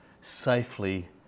safely